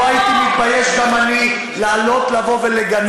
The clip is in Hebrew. לא הייתי מתבייש גם אני לעלות ולגנות.